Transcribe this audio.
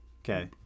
Okay